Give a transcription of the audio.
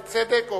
בצדק,